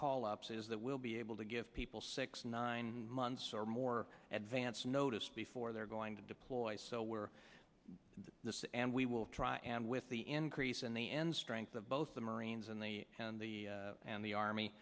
call ups is that we'll be able to give people six nine months or more advance notice before they're going to deploy so we're in this and we will try and with the increase and the end strength of both the marines and the and the and the army